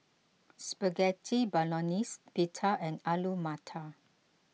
Spaghetti Bolognese Pita and Alu Matar